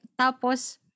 Tapos